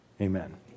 Amen